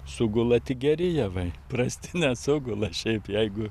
sugula tik geri javai prasti nesugula šiaip jeigu